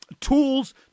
Tools